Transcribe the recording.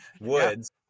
woods